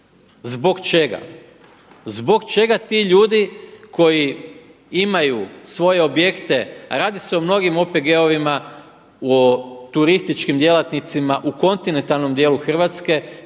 Zbog čega? Zbog čega ti ljudi koji imaju svoje objekte, a radi se o mnogim OPG-ovima, o turističkim djelatnicima u kontinentalnom dijelu Hrvatske